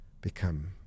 become